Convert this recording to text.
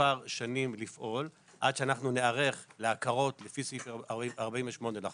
מספר שנים לפעול עד שאנחנו ניערך להכרות לפי סעיף 48 לחוק.